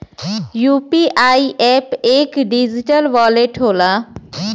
UPI app एक digital wallet होला